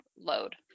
load